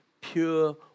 pure